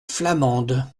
flamande